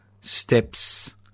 steps